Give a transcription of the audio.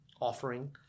offering